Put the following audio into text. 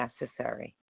necessary